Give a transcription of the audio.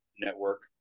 network